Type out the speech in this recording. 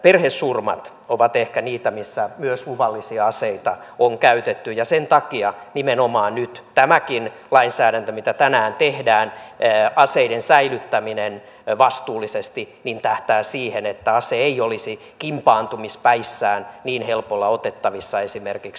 perhesurmat ovat ehkä niitä missä myös luvallisia aseita on käytetty ja sen takia nimenomaan nyt tämäkin lainsäädäntö mitä tänään tehdään aseiden säilyttäminen vastuullisesti tähtää siihen että ase ei olisi kimpaantumispäissään niin helpolla otettavissa esimerkiksi